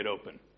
open